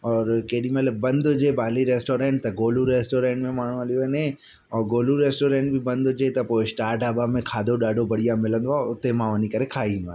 और केॾीमहिल बंदि हुजे बाली रेस्टोरेंट त गोलू रेस्टोरेंट में माण्हू हली वञे ऐं गोलू रेस्टोरेंट बि बंदि हुजे त पोइ स्टार ढाबा में खाधो ॾाढो बढ़िया मिलंदो आहे उते मां वञी करे खाई ईंदो आहियां